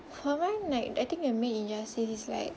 for mine like I think a main injustice is like